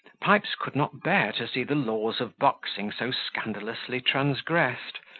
pipes could not bear to see the laws of boxing so scandalously transgressed,